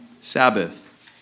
Sabbath